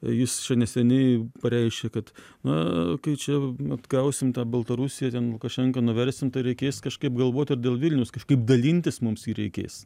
jis čia neseniai pareiškė kad na kai čia atgausim tą baltarusiją ten lukašenką nuversim tai reikės kažkaip galvot ir dėl vilniaus kažkaip dalintis mums jį reikės